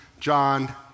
John